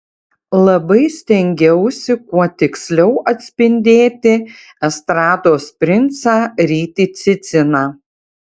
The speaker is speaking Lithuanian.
labai stengiausi kuo tiksliau atspindėti estrados princą rytį ciciną